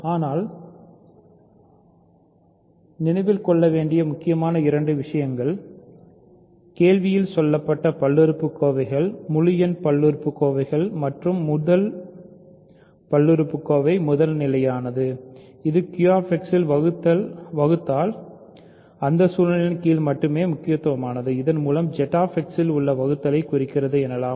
ஆனால் நினைவில் கொள்ள வேண்டிய முக்கியமான இரண்டு விஷயங்கள் கேள்வியில் சொல்லப்பட்ட பல்லுறுப்புக்கோவைகள் முழு எண் பல்லுறுப்புக்கோவைகள் மற்றும் முதல் பல்லுறுப்புக்கோவை முதல்நிலையானது இது QX யின் வகுத்தல் அந்த சூழ்நிலையின் கீழ் மட்டுமே முக்கியமானது இதன் மூலம் Z X இல் உள்ள வகுத்தலை குறிக்கிறது எனலாம்